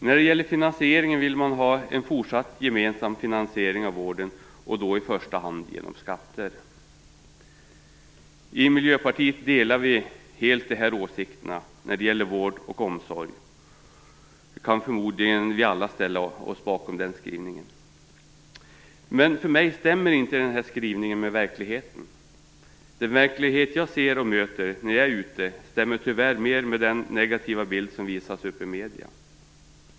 Utskottet vill vidare ha en fortsatt gemensam finansiering av vården, och då i första hand genom skatter. Vi i Miljöpartiet delar helt de här åsikterna, och när det gäller vård och omsorg kan vi förmodligen alla ställa oss bakom skrivningen. Men för mig stämmer inte den här skrivningen med verkligheten. Den verklighet jag ser och möter när jag är ute stämmer tyvärr mer med den negativa bild som visas upp i medierna.